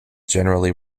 generally